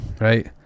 Right